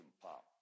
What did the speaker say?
Pop